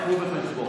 קחו בחשבון.